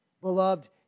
Beloved